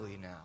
now